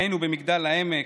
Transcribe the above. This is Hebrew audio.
היינו במגדל העמק,